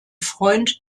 freund